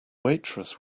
waitress